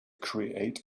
create